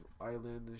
Island